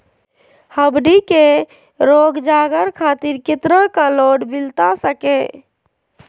हमनी के रोगजागर खातिर कितना का लोन मिलता सके?